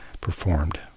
performed